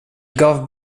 gav